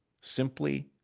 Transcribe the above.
simply